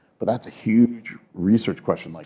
but that's a huge research question. like